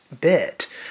bit